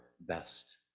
best